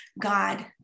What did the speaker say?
God